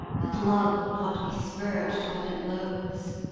but love will not be spurr'd to what it loathes.